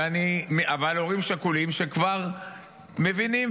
אבל הורים שכולים שכבר מבינים,